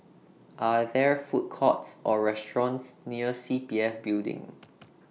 Are There Food Courts Or restaurants near C P F Building